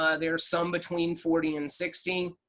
ah there are some between forty and sixteen.